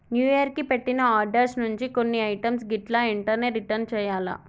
new year కి పెట్టిన orders నుంచి కొన్ని ఐటమ్స్ గిట్లా ఎంటనే రిటర్న్ చెయ్యాల్ల